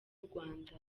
rwanda